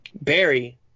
Barry